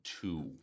two